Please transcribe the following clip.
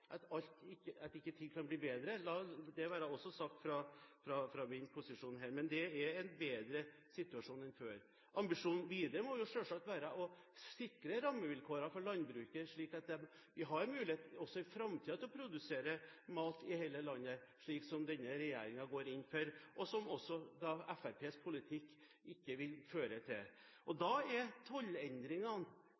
at ikke ting kan bli bedre – la det også være sagt fra min posisjon her – men det er en bedre situasjon enn før. Ambisjonene videre må selvsagt være å sikre rammevilkårene for landbruket slik at vi har mulighet også i framtiden til å produsere mat i hele landet, slik som denne regjeringen går inn for – og som Fremskrittspartiets politikk ikke vil føre til. Da